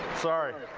sorry.